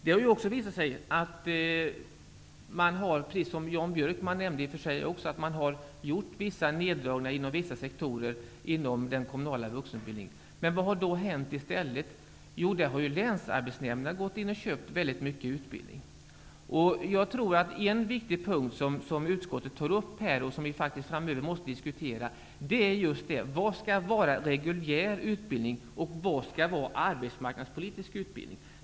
Det har också visat sig att det har gjorts neddragningar inom vissa sektorer inom den kommunala vuxenutbildningen. Men vad har hänt i stället? Där har ju länsarbetsnämnderna gått in och köpt väldigt mycket utbildning. En viktig punkt som utskottet tar upp här och som vi måste diskutera framöver är just detta om vad som skall vara reguljär utbildning och vad som skall vara arbetsmarknadspolitisk utbildning.